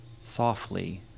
softly